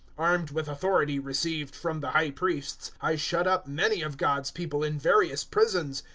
armed with authority received from the high priests i shut up many of god's people in various prisons,